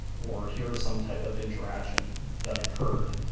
or here are some type of interaction that occurred.